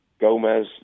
Gomez